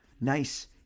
nice